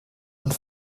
und